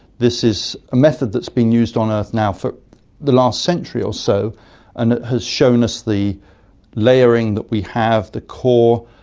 this is a method that's been used on earth now for the last century or so and it has shown us the layering that we have, the core,